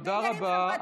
תודה רבה.